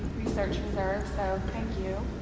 research reserves. so, thank you.